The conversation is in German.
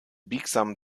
biegsamen